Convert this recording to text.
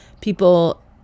people